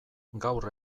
gaur